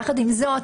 יחד עם זאת,